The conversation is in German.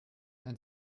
ein